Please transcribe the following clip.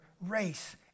race